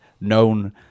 known